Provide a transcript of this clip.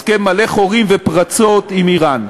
הסכם מלא חורים ופרצות עם איראן.